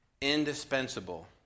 indispensable